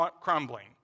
crumbling